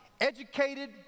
educated